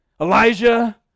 Elijah